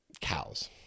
cows